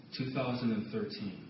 2013